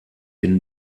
bin